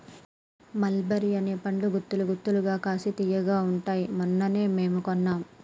మల్ బెర్రీ అనే పండ్లు గుత్తులు గుత్తులుగా కాశి తియ్యగా బాగుంటాయ్ మొన్ననే మేము కొన్నాం